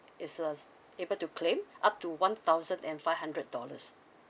it's uh able to claim up to one thousand and five hundred dollars